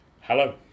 Hello